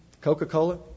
Coca-Cola